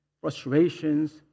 frustrations